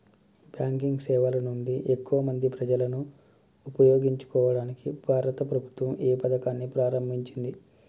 Banking సేవల నుండి ఎక్కువ మంది ప్రజలను ఉపయోగించుకోవడానికి భారత ప్రభుత్వం ఏ పథకాన్ని ప్రారంభించింది?